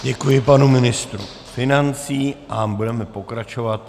Děkuji panu ministru financí a budeme pokračovat.